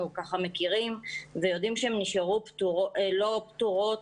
מכירים ויודעים שהם נשארו לא פתורות.